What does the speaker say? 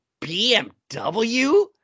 BMW